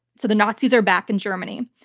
so the nazis are back in germany.